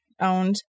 owned